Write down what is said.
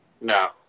No